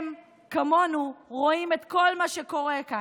הם, כמונו, רואים את כל מה שקורה כאן,